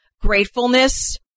gratefulness